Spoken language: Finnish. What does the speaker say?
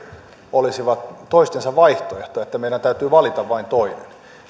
olisivat toistensa vaihtoehtoja ja että meidän täytyy valita vain toinen